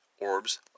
orbs